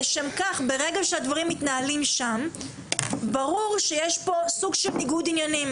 ברגע שהדברים מתנהלים שם ברור שיש פה סוג של ניגוד עניינים,